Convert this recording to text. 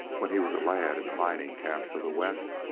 when he was a lad in the mining camps of the west,